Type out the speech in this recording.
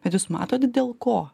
bet jūs matot dėl ko